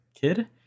kid